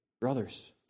brothers